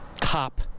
cop